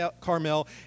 Carmel